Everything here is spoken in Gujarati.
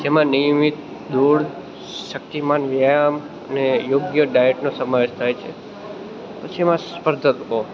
જેમાં નિયમિત દોડ શક્તિમાન વ્યાયામ અને યોગ્ય ડાયટનો સમાવેશ થાય છે પછી એમાં સ્પર્ધકો